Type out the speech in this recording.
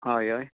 हय हय